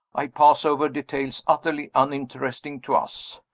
i pass over details utterly uninteresting to us.